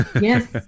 yes